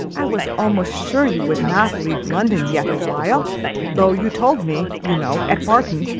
i was almost sure you would not leave london yet awhile though you told me, you know, at barton,